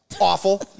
Awful